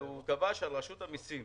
הוא קבע שעל רשות המיסים